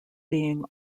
being